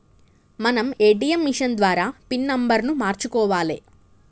మనం ATM machine ద్వారా పిన్ నెంబర్ను మార్చుకోవాలే